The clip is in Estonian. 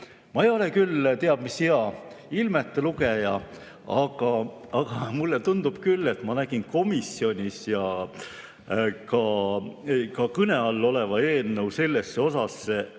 Ma ei ole küll teab mis hea ilmete lugeja, aga mulle tundub küll, et ma nägin komisjonis kõne all oleva eelnõu sellesse osasse